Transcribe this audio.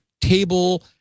table